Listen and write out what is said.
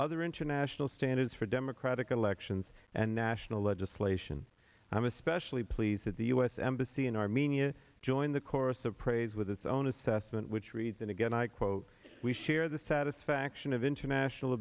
other international standards for democratic elections and national legislation i'm especially pleased that the us embassy in armenia joined the chorus of praise with its own assessment which reads and again i quote we share the satisfaction of international